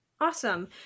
Awesome